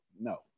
No